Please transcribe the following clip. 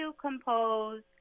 compose